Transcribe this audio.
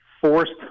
forced